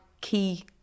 key